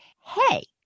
hey